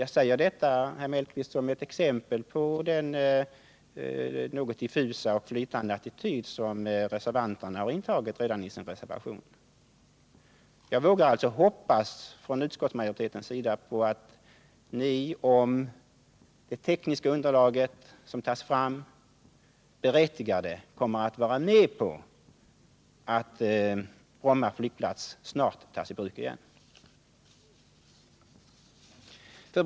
Jag tar detta, herr Mellqvist, som ett exempel på den något diffusa och flytande attityd som reservanterna har intagit redan i sin reservation. Utskottsmajoriteten vågar nästan hoppas på att ni, om det tekniska underlag som tas fram gör det berättigat, kommer att gå med på att Bromma flygplats snart skall tas i bruk igen för inrikesflyg.